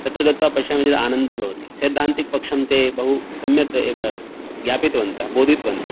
तत्र गत्वा पश्यामि चेत् आनन्दः भवति सैद्धान्तिकपक्षं ते बहुसम्यक् एव ज्ञापितवन्तः बोधितवन्तः